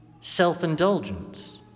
self-indulgence